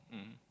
mmhmm